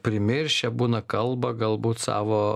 primiršę būna kalbą galbūt savo